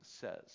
says